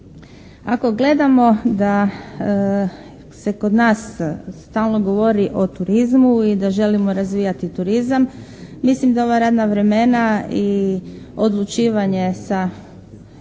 ako gledamo da se kod nas stalno govori o turizmu i da želimo razvijati turizam, mislim da ova radna vremena i odlučivanje sa razine